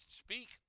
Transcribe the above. speak